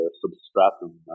substratum